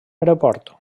aeroport